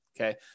Okay